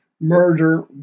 murder